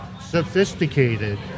sophisticated